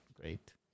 great